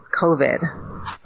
COVID